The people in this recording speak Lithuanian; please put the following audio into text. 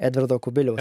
edvardo kubiliaus